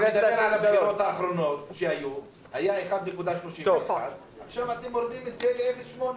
בבחירות האחרונות שהתקיימו זה היה 1.31. עכשיו מורידים את זה ל-0.8.